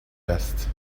است